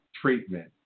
treatment